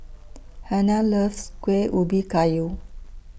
Hannah loves Kueh Ubi Kayu